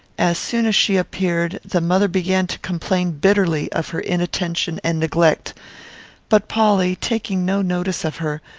as soon as she appeared, the mother began to complain bitterly of her inattention and neglect but polly, taking no notice of her,